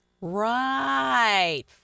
Right